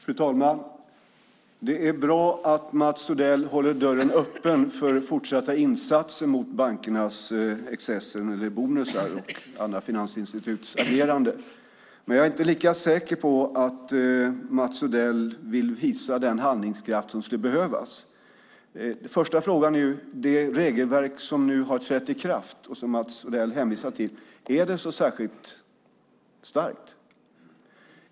Fru talman! Det är bra att Mats Odell håller dörren öppen för fortsatta insatser mot bankernas excesser när det gäller bonusar och andra finansinstituts agerande. Men jag är inte lika säker på att Mats Odell vill visa den handlingskraft som skulle behövas. Det regelverk som nu har trätt i kraft och som Mats Odell hänvisar till, är det så särskilt starkt?